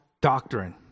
doctrine